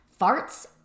Farts